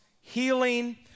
healing